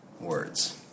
words